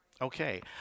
Okay